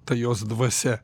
tai jos dvasia